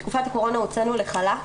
בתקופת הקורונה הוצאנו לחל"ת,